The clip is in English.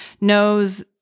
knows